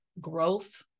growth